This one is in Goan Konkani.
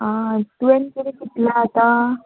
आं तुवेंन किदें चितलां आतां